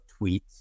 tweets